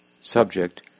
subject